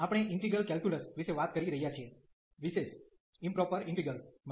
આપણે integral calculus વિશે વાત કરી રહ્યા છીએ વિશેષ ઈમપ્રોપર ઇન્ટિગ્રેલ્સ માં